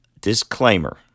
Disclaimer